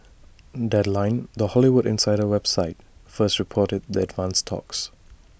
deadline the Hollywood insider website first reported the advanced talks